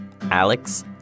Alex